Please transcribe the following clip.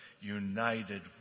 united